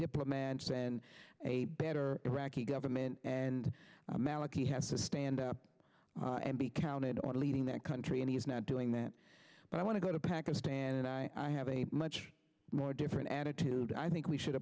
diplomats and a better iraqi government and maliki has to stand up and be counted on leading that country and he's not doing that but i want to go to pakistan and i have a much more different attitude i think we should